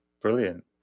brilliant